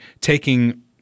taking